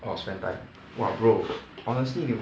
orh spend time !wah! bro honestly 你